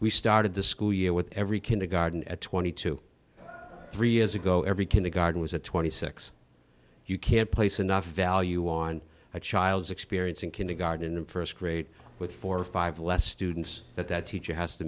we started the school year with every kindergarten at two hundred and twenty three years ago every kindergarten was a twenty six you can't place enough value on a child's experience in kindergarten and st grade with four or five less students that that teacher has to